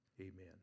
Amen